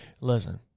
Listen